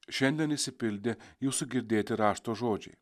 šiandien išsipildė jūsų girdėti rašto žodžiai